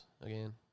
again